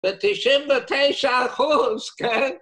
‫בתשעים ותשע אחוז, כן?